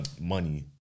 money